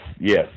Yes